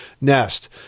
nest